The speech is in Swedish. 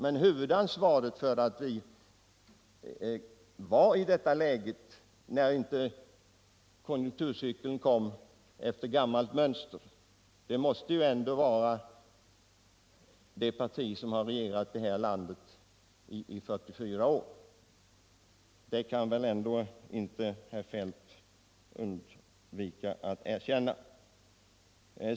Men huvudansvaret för det läge vi befann oss i när konjunkturcykeln inte följde det gamla mönstret måste ju ändå åvila det parti som har regerat det här landet i 44 år. Det kan väl herr Feldt ändå inte förneka.